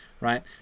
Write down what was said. right